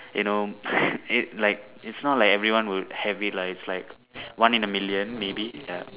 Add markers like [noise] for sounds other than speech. you know [noise] it like it's not like everyone will have it lah it's like one in a million maybe